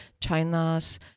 China's